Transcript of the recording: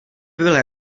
byl